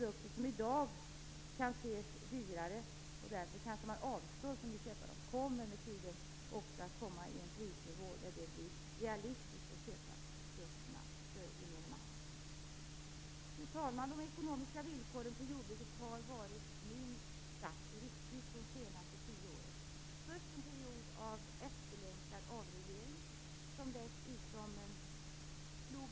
De produkter som i dag är dyrare och som man därför kanske avstår från att köpa kommer med tiden också att hamna på en prisnivå som är realistisk för gemene man. Fru talman!